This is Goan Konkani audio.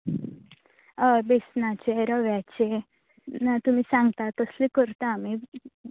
हय बेसनाचे रव्याचे ना तुमी सांगता तसले करता आमी